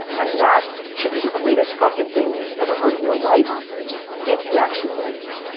and that should be the greatest fucking thing you've ever heard in your life if you actually believe me.